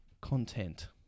content